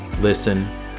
listen